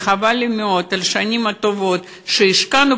וחבל לי מאוד על השנים הטובות שהשקענו